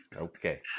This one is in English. Okay